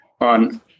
on